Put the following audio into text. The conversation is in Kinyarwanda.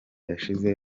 yashize